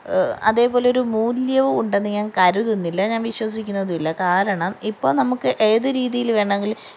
അതേപോലൊരു മൂല്യവും ഉണ്ടെന്ന് ഞാന് കരുതുന്നില്ല ഞാന് വിശ്വസിക്കുന്നതുമില്ല കാരണം ഇപ്പോൾ നമുക്ക് ഏത് രീതിയില് വേണമെങ്കിലും